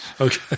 Okay